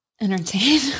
entertain